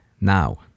now